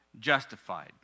Justified